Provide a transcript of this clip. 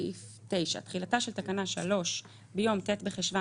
סעיף 9. תחילתה של תקנה 3 ביום ט' בחשון